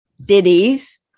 ditties